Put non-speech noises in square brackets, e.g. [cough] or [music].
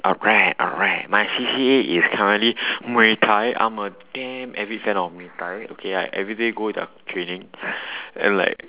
alright alright my C_C_A is currently [breath] muay-thai I'm a damn avid fan of muay-thai okay I everyday go their training [breath] and like